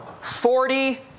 Forty